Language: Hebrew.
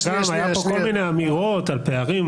אמנם היו כל מיני אמירות על פערים,